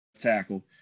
tackle